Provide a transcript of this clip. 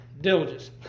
diligence